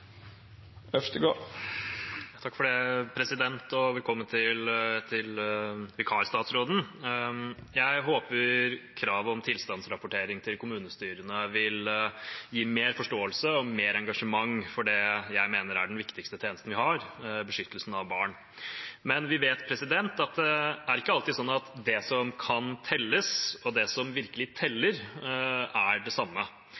til vikarstatsråden! Jeg håper kravet om tilstandsrapportering til kommunestyrene vil gi mer forståelse og mer engasjement for det jeg mener er den viktigste tjenesten vi har, beskyttelsen av barn. Vi vet at det ikke alltid er sånn at det som kan telles, og det som virkelig teller, er det samme.